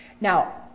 now